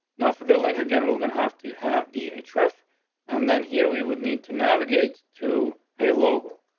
now for the link again, we're gonna have to have the address. and then here we would need to navigate to a local.